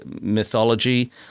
mythology